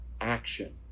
action